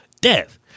death